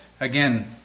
again